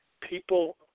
people